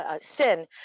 sin